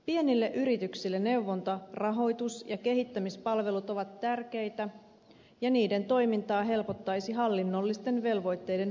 pienille yrityksille neuvonta rahoitus ja kehittämispalvelut ovat tärkeitä ja niiden toimintaa helpottaisi hallinnollisten velvoitteiden keventäminen